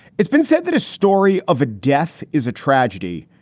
it's been said that a story of a death is a tragedy,